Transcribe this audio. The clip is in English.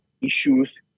issues